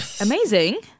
amazing